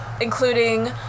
including